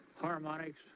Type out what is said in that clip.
harmonics